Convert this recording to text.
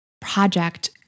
project